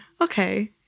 okay